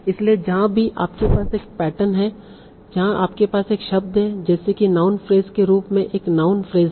इसलिए जहां भी आपके पास एक पैटर्न है जहां आपके पास एक शब्द है जैसे कि नाउन फ्रेज के रूप में एक नाउन फ्रेज है